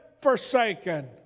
forsaken